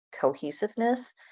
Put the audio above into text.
cohesiveness